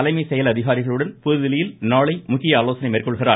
தலைமை செயல் அதிகாரிகளுடன் புதுதில்லியில் நாளை முக்கிய ஆலோசனை மேற்கொள்கிறார்